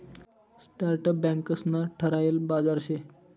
startup बँकंस ना ठरायल बाजार शे